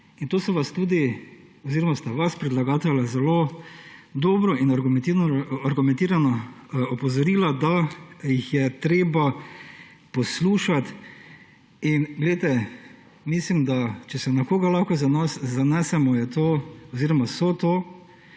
na to sem vas tudi oziroma sta vas predlagatelja zelo dobro in argumentirano opozorila, da jih je treba poslušati. Glejte, mislim, da če se na koga lahko zanesemo, so to